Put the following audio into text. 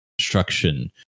construction